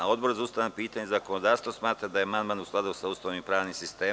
Odbor za ustavna pitanja i zakonodavstvo smatra da je amandman u skladu sa Ustavom i pravnim sistemom.